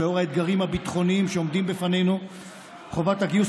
לאור האתגרים הביטחוניים שעומדים בפנינו חובת הגיוס